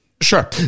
Sure